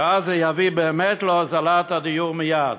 ואז זה יביא באמת להוזלת הדיור מייד.